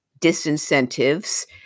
disincentives